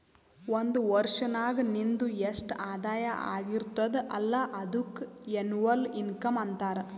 ಒಂದ್ ವರ್ಷನಾಗ್ ನಿಂದು ಎಸ್ಟ್ ಆದಾಯ ಆಗಿರ್ತುದ್ ಅಲ್ಲ ಅದುಕ್ಕ ಎನ್ನವಲ್ ಇನ್ಕಮ್ ಅಂತಾರ